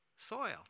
soil